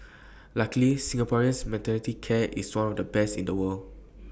luckily Singapore's maternity care is one of the best in the world